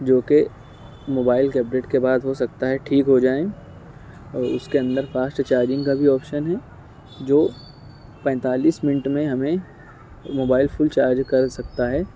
جو کہ موبائل کے اپ ڈیٹ کے بعد ہو سکتا ہے ٹھیک ہو جائیں اور اس کے اندر فاسٹ چارجنگ کا بھی آپشن ہے جو پینتالیس منٹ میں ہمیں موبائل فل چارج کر سکتا ہے